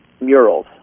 murals